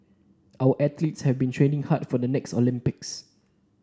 our athletes have been training hard for the next Olympics